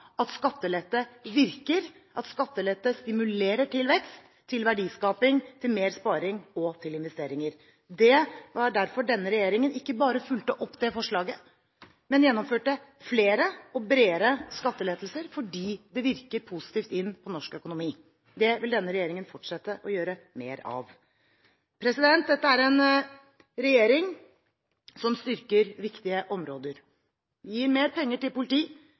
at skattelette virker, at skattelette stimulerer til vekst, verdiskaping, mer sparing og investeringer. Det var derfor denne regjeringen ikke bare fulgte opp dette forslaget, men gjennomførte flere og bredere skattelettelser – fordi det virker positivt inn på norsk økonomi. Det vil denne regjeringen fortsette å gjøre mer av. Dette er en regjering som styrker viktige områder. Vi gir mer penger til politi,